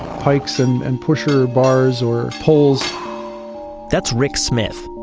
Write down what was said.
pikes, and and pusher bars or poles that's rick smith,